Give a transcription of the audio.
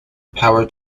power